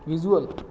visual